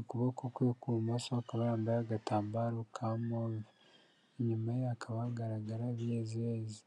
ukuboko kwe ku bumoso akaba yambayeho agatambaro ka move inyuma hakaba hagaragara ibiyeziyezi.